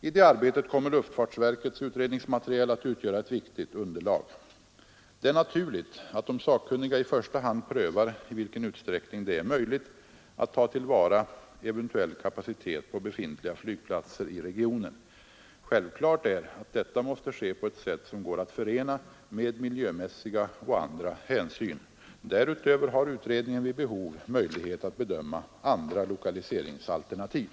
I det arbetet kommer luftfartsverkets utredningsmaterial att utgöra ett viktigt underlag. Det är naturligt att de sakkunniga i första hand prövar i vilken utsträckning det är möjligt att ta till vara eventuell kapacitet på befintliga flygplatser i regionen. Självklart är att detta måste ske på ett sätt som går att förena med miljömässiga och andra hänsyn. Därutöver har utredningen vid behov möjlighet att bedöma andra lokaliseringsalternativ.